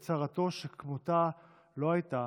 בצרתו שכמותה לא הייתה,